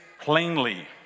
plainly